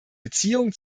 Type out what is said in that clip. beziehungen